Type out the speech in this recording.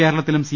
കേരളത്തിലും സി